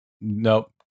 nope